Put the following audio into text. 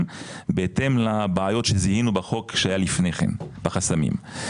בהתאם לבעיות שזיהינו בחוק שהיה לפני כן בחסמים,